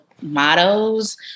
mottos